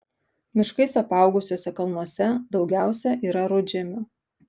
miškais apaugusiuose kalnuose daugiausia yra rudžemių